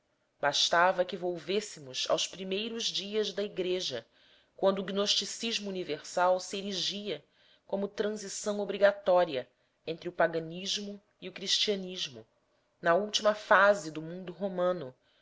bastava que volvêssemos aos primeiros dias da igreja quando o gnosticismo universal se erigia como transição obrigatória entre o paganismo e o cristianismo na última fase do mundo romano